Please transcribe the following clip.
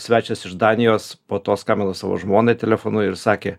svečias iš danijos po to skambino savo žmonai telefonu ir sakė